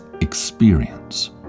experience